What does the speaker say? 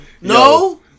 no